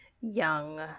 young